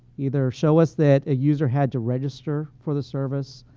either show us that a user had to register for the service,